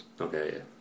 okay